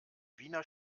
wiener